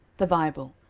the bible,